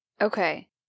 Okay